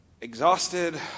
exhausted